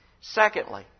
Secondly